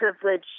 privilege